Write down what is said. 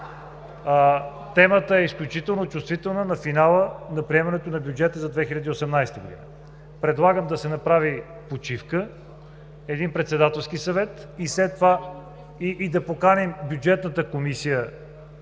темата е изключително чувствителна на финала на приемането на Бюджета за 2018 г. Предлагам да се направи почивка, един Председателски съвет и да поканим Бюджетната комисия